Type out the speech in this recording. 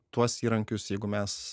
tuos įrankius jeigu mes